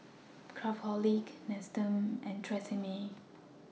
Craftholic Nestum and Tresemme